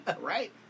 Right